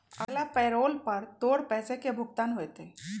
अगला पैरोल पर तोर पैसे के भुगतान होतय